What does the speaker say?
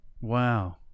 Wow